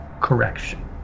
Correction